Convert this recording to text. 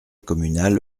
communale